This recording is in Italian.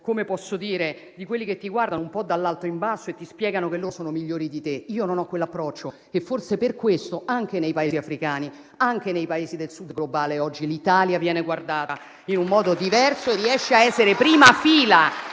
l'approccio di quelli che ti guardano un po' dall'alto in basso e ti spiegano che loro sono migliori di te. Io non ho quell'approccio e forse per questo, anche nei Paesi africani, anche nei Paesi del Sud globale, oggi l'Italia viene guardata in modo diverso e riesce a essere prima fila